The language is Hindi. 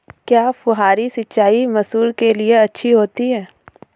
क्या फुहारी सिंचाई मसूर के लिए अच्छी होती है?